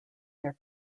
their